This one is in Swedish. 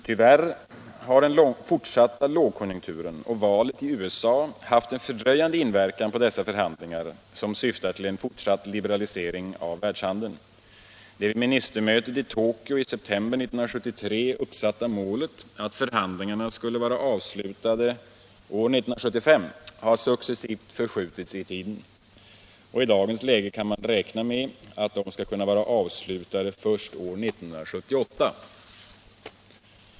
Tyvärr har den fortsatta lågkonjunkturen och valet i USA haft en fördröjande inverkan på dessa förhandlingar, som syftar till en fortsatt liberalisering av världshandeln. Det vid ministermötet i Tokyo i september 1973 uppsatta målet att förhandlingarna skulle vara avslutade år 1975 har successivt förskjutits i tiden. I dagens läge kan man räkna med att de skall kunna vara avslutade först år 1978.